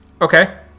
Okay